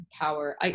Power